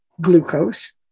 glucose